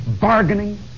bargaining